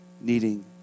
needing